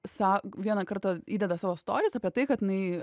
sau vieną kartą įdeda savo storis apie tai kad jinai